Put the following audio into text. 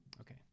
Okay